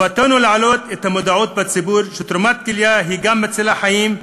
חובתנו להעלות את המודעות בציבור לכך שתרומת כליה גם מצילה חיים,